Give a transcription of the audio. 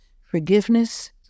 Forgiveness